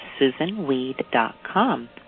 SusanWeed.com